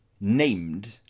named